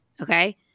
Okay